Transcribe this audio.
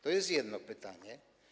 To jest jedno pytanie.